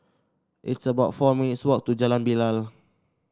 it's about four minutes' walk to Jalan Bilal